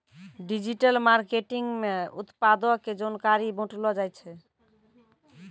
digital marketing मे उत्पादो के जानकारी बांटलो जाय छै